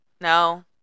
No